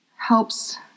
helps